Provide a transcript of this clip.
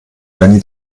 benny